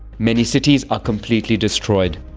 many cities are completely destroyed.